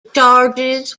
charges